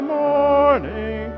morning